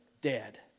dead